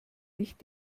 nicht